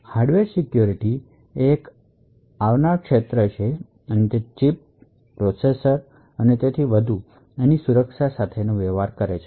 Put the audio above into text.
hardware security એ એક આવનારૂ ક્ષેત્ર છે અને તે ચિપ્સ પ્રોસેસર અને તેથી વધુની સુરક્ષા સાથે વ્યવહાર કરે છે